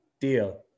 Deal